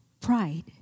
Pride